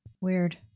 weird